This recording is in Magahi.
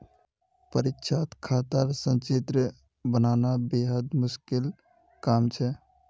परीक्षात खातार संचित्र बनाना बेहद मुश्किल काम छ